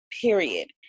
Period